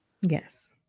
Yes